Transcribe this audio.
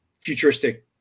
futuristic